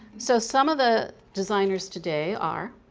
so some of the designers today are